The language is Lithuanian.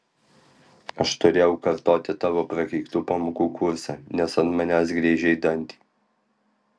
aš turėjau kartoti tavo prakeiktų pamokų kursą nes ant manęs griežei dantį